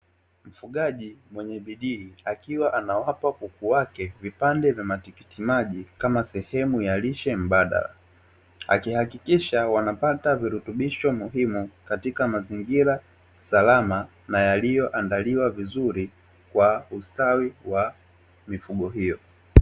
Mfugaji mwenye bidii akiwa anawapa kuku wake vipande vya matikiti maji kama sehemu ya lishe mbadala, akihakikisha wanapata virutubisho muhimu katika mazingira salama na yaliyoandaliwa vizuri kwa ustawi wa mifugo hiyo.